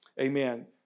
amen